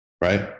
right